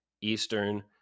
Eastern